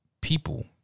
people